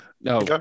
no